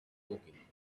woking